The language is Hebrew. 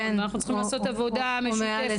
אנחנו צריכים לעשות עבודה משותפת.